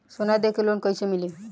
सोना दे के लोन कैसे मिली?